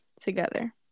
together